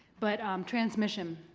but transmission.